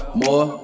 more